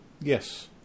yes